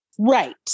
right